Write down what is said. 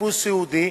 אשפוז סיעודי,